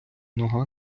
нога